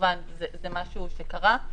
וכמובן זה משהו שקרה,